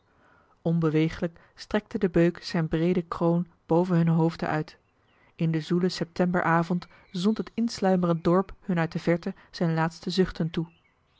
onbewegelijk strekte de beuk zijn breede kroon boven hunne hoofden uit in den zoelen septemberavond zond het insluimerend dorp hun uit de verte zijn laatste zuchten toe